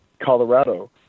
Colorado –